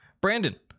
Brandon